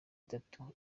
itatu